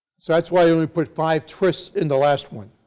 so that is why he only put five twists in the last one.